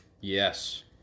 Yes